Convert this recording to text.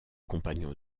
compagnons